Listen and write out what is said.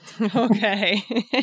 Okay